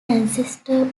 ancestor